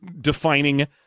defining